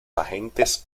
agentes